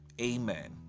Amen